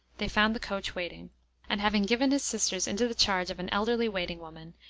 they found the coach waiting and having given his sisters into the charge of an elderly waiting-woman,